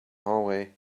hallway